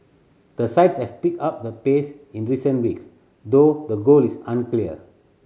the sides have picked up the pace in recent weeks though the goal is unclear